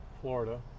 Florida